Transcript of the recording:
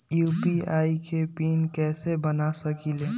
UPI के PIN कैसे बना सकीले?